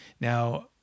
Now